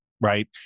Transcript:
Right